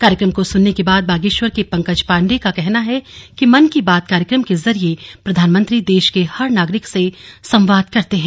कार्यक्रम को सुनने के बाद बागेश्वर के पंकज पांडे का कहना है कि मन की बात कार्यक्रम के जरिये प्रधानमंत्री देश के हर नागरिक से संवाद करते हैं